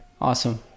Awesome